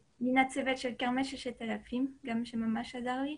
מהצוות של כרמל 6000 שממש עזר לי,